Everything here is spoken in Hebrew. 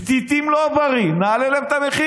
פתיתים זה לא בריא, נעלה את המחיר,